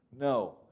No